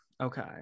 okay